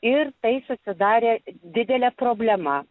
ir tai susidarė didelė problema